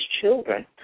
children